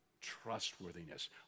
trustworthiness